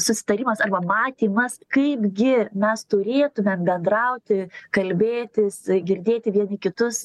susitarimas arba matymas kaipgi mes turėtume bendrauti kalbėtis girdėti vieni kitus